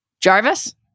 Jarvis